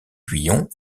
guyon